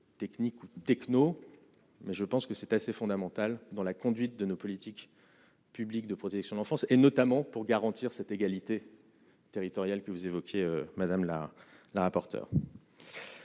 techniques ou techno, mais je pense que c'est assez fondamental dans la conduite de nos politiques publiques de protection de l'enfance, et notamment pour garantir cette égalité. Territoriale que vous évoquiez, madame la la rapporteure.